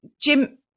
Jim